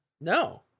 no